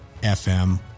FM